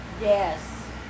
yes